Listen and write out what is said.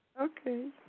Okay